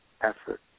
effort